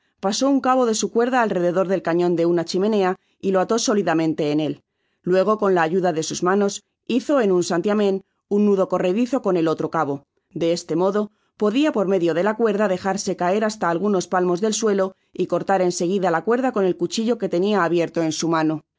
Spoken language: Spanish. pasó un cabo de su cuerda al rededor del canon de una chimenea y lo ató sólidamente en él luego con la ayuda de sus manos hizo en un santiamen un nudo corredizo con el otro cabo de este modo podia por medio de la cuerda dejarse caer hasta algunos palmos del suelo y cortar en seguida la cuerda con el cuchillo que tenia abierto en su mano